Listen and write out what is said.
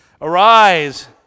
Arise